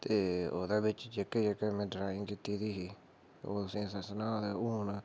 ओह्दै बिच जेह्की जेह्की में ड्राईंग किती दी ही ते तुसैं गी सच सुनां ते